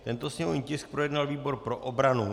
Tento sněmovní tisku projednal výbor pro obranu.